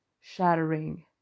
shattering